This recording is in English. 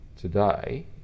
today